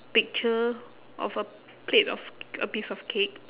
picture of a plate of c~ a piece of cake